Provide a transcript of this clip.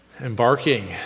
embarking